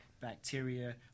bacteria